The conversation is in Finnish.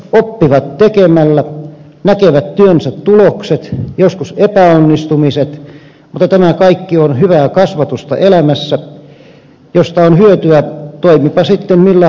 nuoret oppivat tekemällä näkevät työnsä tulokset joskus epäonnistuvat mutta tämä kaikki on hyvää kasvatusta elämässä josta on hyötyä toimipa sitten millä alalla elämässä tahansa